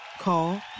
Call